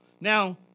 Now